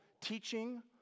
teaching